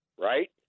Right